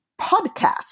podcast